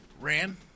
ran